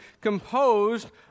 composed